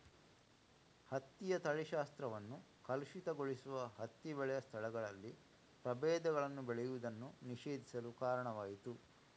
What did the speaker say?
ಹತ್ತಿಯ ತಳಿಶಾಸ್ತ್ರವನ್ನು ಕಲುಷಿತಗೊಳಿಸುವ ಹತ್ತಿ ಬೆಳೆಯ ಸ್ಥಳಗಳಲ್ಲಿ ಪ್ರಭೇದಗಳನ್ನು ಬೆಳೆಯುವುದನ್ನು ನಿಷೇಧಿಸಲು ಕಾರಣವಾಯಿತು